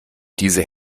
diese